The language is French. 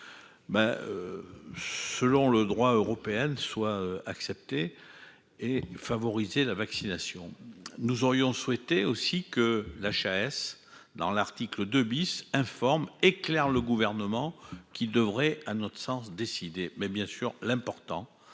selon le droit européen soit accepté et favoriser la vaccination, nous aurions souhaité aussi que l'HAS dans l'article 2 bis informe éclairent le gouvernement qui devrait, à notre sens décidé mais bien sûr, l'important,